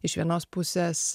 iš vienos pusės